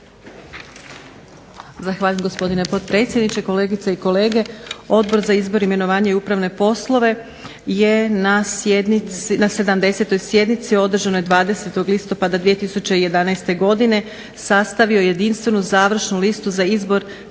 Zahvaljujem gospodine potpredsjedniče. Kolegice i kolege. Odbor za izbor, imenovanje i upravne poslove je na 70. Sjednici održanoj 20. Listopada 2011. Godine sastavio jedinstvenu završnu listu za izbor